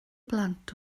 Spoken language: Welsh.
blant